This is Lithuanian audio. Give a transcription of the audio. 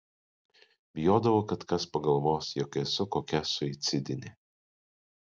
bijodavau kad kas pagalvos jog esu kokia suicidinė